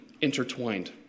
intertwined